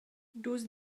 dus